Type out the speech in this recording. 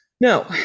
No